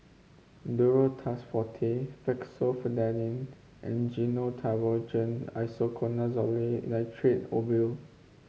Duro Tuss Forte Fexofenadine and Gyno Travogen Isoconazole Nitrate Ovule